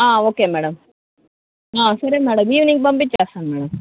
okay madam సరే madam evening పంపించేస్తాను madam